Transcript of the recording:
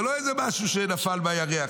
זה לא איזה משהו שנפל מהירח.